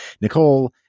Nicole